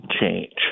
change